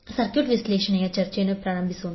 circuit ವಿಶ್ಲೇಷಣೆಯ ಚರ್ಚೆಯನ್ನು ಪ್ರಾರಂಭಿಸೋಣ